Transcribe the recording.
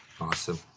Awesome